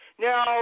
Now